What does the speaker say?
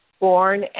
born